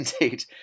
indeed